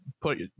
put